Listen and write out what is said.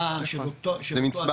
אהה, של אותו אדם.